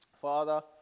Father